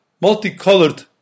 multicolored